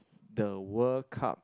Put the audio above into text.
the World Cup